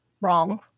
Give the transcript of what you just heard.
wrong